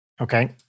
Okay